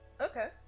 Okay